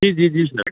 जी जी जी सर